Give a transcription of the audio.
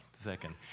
Second